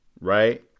right